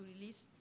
release